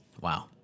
Wow